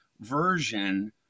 version